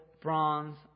bronze